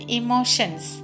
emotions